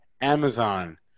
Amazon